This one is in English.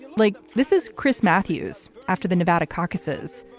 like this is chris matthews. after the nevada caucuses,